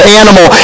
animal